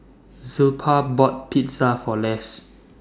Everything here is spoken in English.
Zilpah bought Pizza For Less